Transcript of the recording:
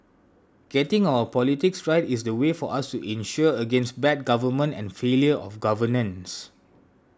getting our politics right is the way for us to insure against bad government and failure of governance